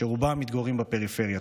אשר רובם מתגוררים בפריפריה.